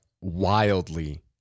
wildly